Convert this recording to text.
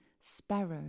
Sparrow